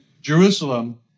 Jerusalem